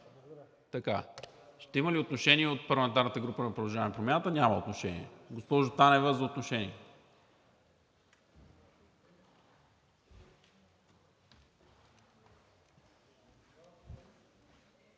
Ще има ли отношение от парламентарната група на „Продължаваме Промяната“? Няма. Госпожо Танева, за отношение.